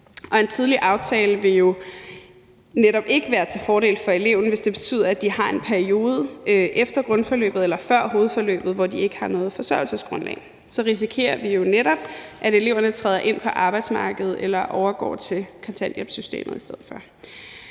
en tidligere aftale vil jo netop ikke være til fordel for eleverne, hvis det betyder, at de har en periode efter grundforløbet eller før hovedforløbet, hvor de ikke har noget forsørgelsesgrundlag. Så risikerer vi jo netop, at eleverne træder ind på arbejdsmarkedet eller overgår til kontanthjælpssystemet i stedet for.